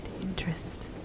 interest